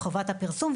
לחובת הפרסום,